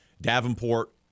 Davenport